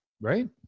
right